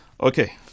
Okay